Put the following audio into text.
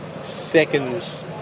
seconds